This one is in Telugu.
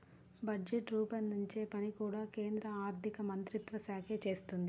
బడ్జెట్ రూపొందించే పని కూడా కేంద్ర ఆర్ధికమంత్రిత్వ శాఖే చేస్తుంది